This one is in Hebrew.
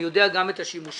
אני יודע גם את השימושים.